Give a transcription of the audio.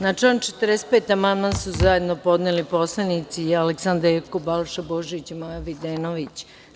Na član 45. amandman su zajedno podneli poslanici Aleksandra Jerkov, Balša Božović i Maja Videnović.